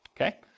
okay